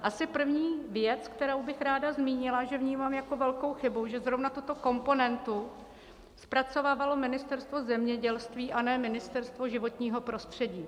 Asi první věc, kterou bych ráda zmínila, že vnímám jako velkou chybu, že zrovna tuto komponentu zpracovávalo Ministerstvo zemědělství a ne Ministerstvo životního prostředí.